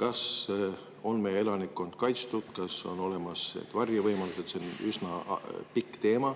Kas meie elanikkond on kaitstud, kas on olemas varjevõimalused? See on üsna lai teema.